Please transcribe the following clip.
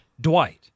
Dwight